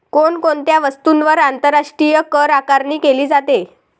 कोण कोणत्या वस्तूंवर आंतरराष्ट्रीय करआकारणी केली जाते?